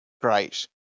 great